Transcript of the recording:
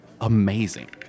amazing